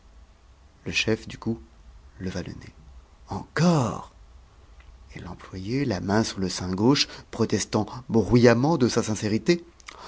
le chef du coup leva le nez encore et l'employé la main sur le sein gauche protestant bruyamment de sa sincérité